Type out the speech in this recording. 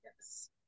Yes